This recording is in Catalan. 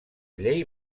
llei